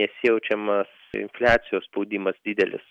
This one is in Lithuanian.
nes jaučiamas infliacijos spaudimas didelis